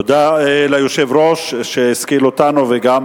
תודה ליושב-ראש שהשכיל אותנו וגם